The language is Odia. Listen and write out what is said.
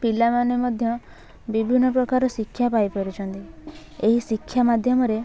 ପିଲାମାନେ ମଧ୍ୟ ବିଭିନ୍ନ ପ୍ରକାର ଶିକ୍ଷା ପାଇପାରୁଛନ୍ତି ଏହି ଶିକ୍ଷା ମାଧ୍ୟମରେ